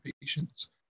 patients